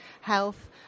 health